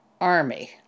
army